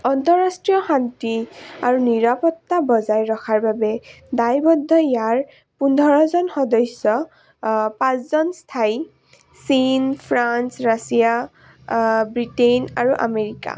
আন্তঃৰাষ্ট্ৰীয় শান্তি আৰু নিৰাপত্তা বজাই ৰখাৰ বাবে দায়বদ্ধ ইয়াৰ পোন্ধৰজন সদস্য পাঁচজন স্থায়ী চীন ফ্ৰান্স ৰাছিয়া ব্ৰিটেইন আৰু আমেৰিকা